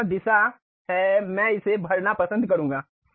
क्या वह दिशा है कि मैं इसे भरना पसंद करूंगा